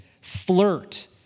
flirt